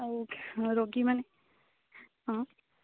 ଆଉ ରୋଗୀମାନେ ହଁ